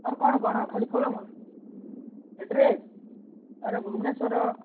ଅର୍ କ'ଣ କ'ଣ ଖାଲି ଫଳମୂଳ ଆଡ଼୍ରେସ୍ ଆରେ ଭୁବନେଶ୍ୱର